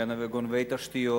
גונבי תשתיות.